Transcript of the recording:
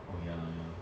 oh ya ya